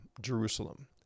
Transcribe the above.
Jerusalem